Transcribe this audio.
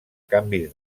canvis